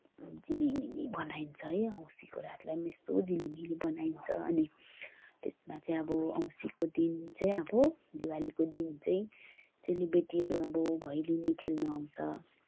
झिलिमिली बनाइन्छ है औँसीको रातलाई पनि यस्तो झिलिमिली बनाइन्छ अनि त्यसमा चाहिँ अब औँसीको दिन चाहिँ अब दिवालीको दिन चाहिँ चेलीबेटीहरू अब भैलिनी खेल्न आउँछ